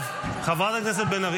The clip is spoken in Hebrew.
חברת הכנסת בן ארי,